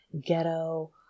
ghetto